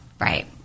right